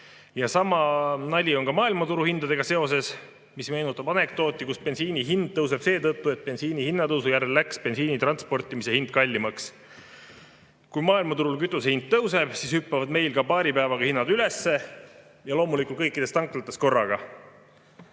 löödud. Sama nali on maailmaturuhindadega. See meenutab anekdooti, kus bensiini hind tõuseb seetõttu, et bensiini hinna tõusu järel läks bensiini transportimise hind kallimaks. Kui maailmaturul kütuse hind tõuseb, siis hüppavad hinnad meil ka paari päevaga üles, loomulikult kõikides tanklates korraga.